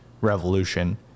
revolution